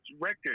record